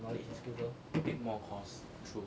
take more course true